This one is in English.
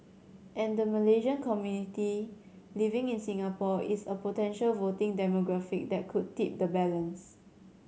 and the Malaysian community living in Singapore is a potential voting demographic that could tip the balance